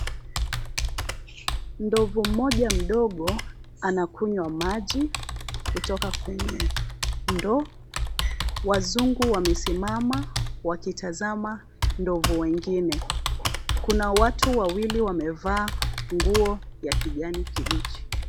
Ndovu moja mdogo anakunywa maji kutoka kwenye ndoo, wazungu wamesimama wakitazama ndovu wengine. Kuna watu wawili wamevaa nguo ya kijani kibichi.